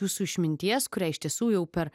jūsų išminties kurią iš tiesų jau per